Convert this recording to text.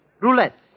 Roulette